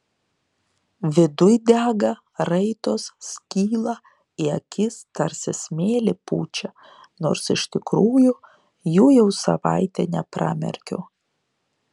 viduj dega raitos skyla į akis tarsi smėlį pučia nors iš tikrųjų jų jau savaitė nepramerkiu